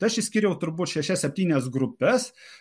aš išskyriau turbūt šešias septynias grupes